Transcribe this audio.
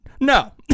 No